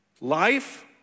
life